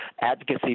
advocacy